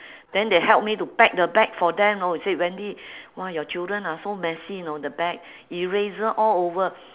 then they help me to pack the bag for them know said wendy !wah! your children ah so messy know the bag eraser all over